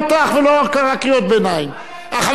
מה היה, מה היה אצל גיא פינס,